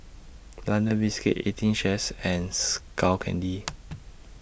London Biscuits eighteen Chef's and Skull Candy